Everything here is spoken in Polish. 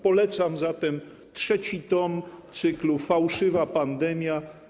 Polecam zatem trzeci tom cyklu „Fałszywa pandemia.